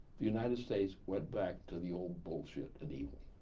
the united states went back to the old bullshit and evil,